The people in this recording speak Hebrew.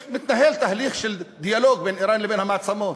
מתנהל תהליך של דיאלוג בין איראן לבין המעצמות,